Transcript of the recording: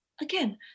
Again